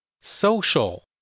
Social